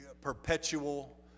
perpetual